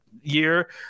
year